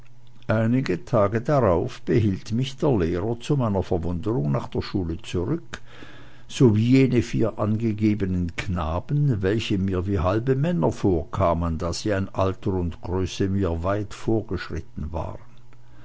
einige tage darauf behielt mich der lehrer zu meiner verwunderung nach der schule zurück sowie jene vier angegebenen knaben welche mir wie halbe männer vorkamen da sie an alter und größe mir weit vorgeschritten waren